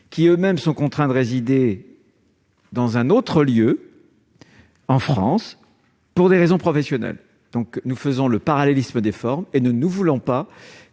résidents français contraints de résider dans un autre lieu en France pour des raisons professionnelles. Nous opérons le parallélisme des formes et nous ne voulons pas